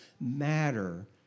matter